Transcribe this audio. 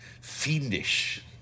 fiendish